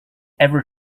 ever